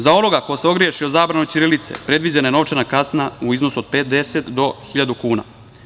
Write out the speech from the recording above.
Za onoga ko se ogreši o zabranu ćirilice, predviđena je novčana kazna u iznosu od 50 do 1.000 kuna"